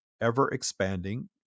ever-expanding